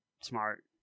smart